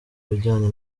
bijyanye